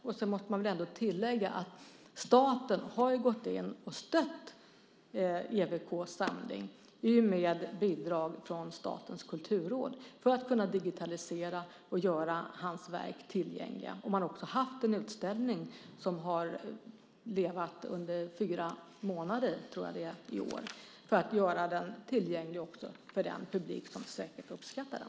Sedan måste man väl ändå tillägga att staten har gått in och stött EWK:s samling i och med bidrag från Statens kulturråd för att kunna digitalisera och göra hans verk tillgängliga. De har också haft en utställning i år under jag tror det var fyra månader för att göra den tillgänglig för en publik som säkert uppskattar den.